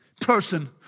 person